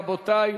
רבותי,